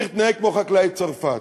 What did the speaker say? צריך להתנהג כמו חקלאי צרפת.